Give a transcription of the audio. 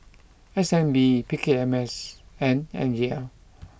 S N B P K M S and N E L